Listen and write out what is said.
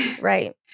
Right